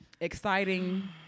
exciting